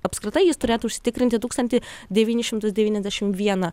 apskritai jis turėtų užsitikrinti tūkstantį devynis šimtus devyniasdešim vieną